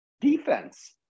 defense